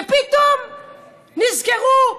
ופתאום נזכרו.